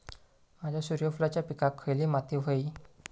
माझ्या सूर्यफुलाच्या पिकाक खयली माती व्हयी?